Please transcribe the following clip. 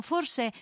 Forse